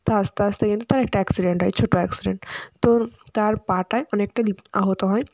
তো আসতে আসতে কিন্তু তার একটা অ্যাক্সিডেন্ট হয় ছোটো অ্যাক্সিডেন্ট তো তার পাটায় অনেকটাই ডিপ আহত হয়